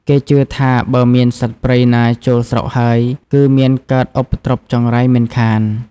គេជឿថា បើមានសត្វព្រៃណាចូលស្រុកហើយ គឺមានកើតឧបទ្រុព្យចង្រៃមិនខាន។